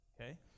okay